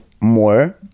more